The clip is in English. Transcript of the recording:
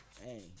Hey